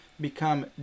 become